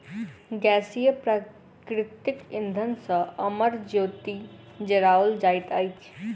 गैसीय प्राकृतिक इंधन सॅ अमर ज्योति जराओल जाइत अछि